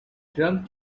drunk